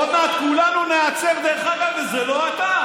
עוד מעט כולנו ניעצר, דרך אגב, וזה לא אתה.